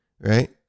right